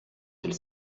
elles